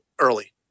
early